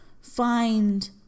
find